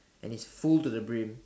and it's full to the brim